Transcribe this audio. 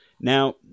Now